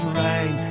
rain